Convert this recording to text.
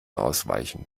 ausweichen